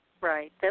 right